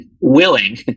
willing